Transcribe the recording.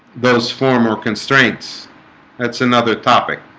those former constraints that's another topic